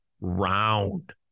round